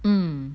mm